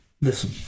Listen